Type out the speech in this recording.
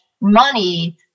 money